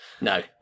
No